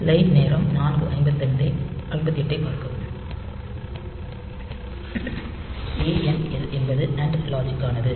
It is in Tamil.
ANL என்பது அண்ட் லாஜிக்கலுக்கானது